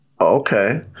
okay